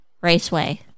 Raceway